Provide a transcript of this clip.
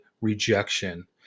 rejection